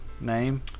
name